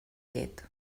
llet